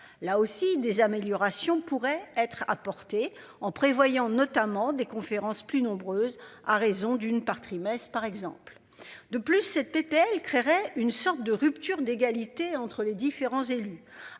là aussi des améliorations pourraient être apportées en prévoyant notamment des conférences plus nombreuses à raison d'une par trimestre par exemple. De plus cette PPL créerait une sorte de rupture d'égalité entre les différents élus